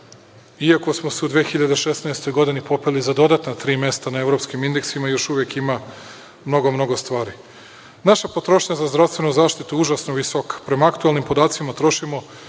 Iako smo se u 2016. godini popeli za dodatna tri mesta na evropskim indeksima, još uvek ima još mnogo mnogo stvari. Naša potrošnja za zdravstvenu zaštitu je užasno visoka. Prema aktuelnim podacima trošimo